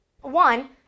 One